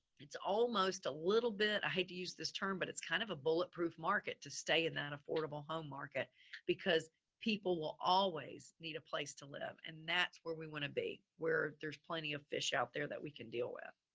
it's almost a little bit, i hate to use this term, but it's kind of a bulletproof market to stay in that affordable home market because people will always need a place to live and that's where we want to be where there's plenty of fish out there that we can deal with.